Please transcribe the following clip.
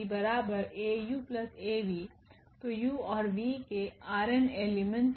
तो 𝑢और𝑣के ℝ𝑛 एलिमेंट हैं